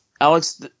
Alex